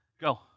go